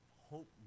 hope